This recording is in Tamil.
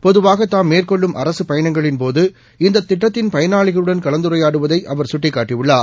பொதுவாக தாம் மேற்கொள்ளும் பயணங்களின்போது இந்த திட்டத்தின் பயனாளிகளுடன் கலந்துரையாடுவதை அவர் சுட்டிக்காட்டியுள்ளார்